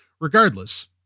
Regardless